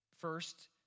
first